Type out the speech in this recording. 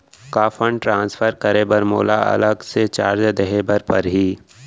का fund transfer करे बर मोला अलग से चार्ज देहे बर परही?